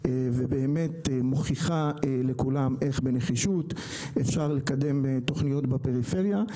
ומוכיחה לכולם איך בנחישות אפשר לקדם תוכניות בפריפריה.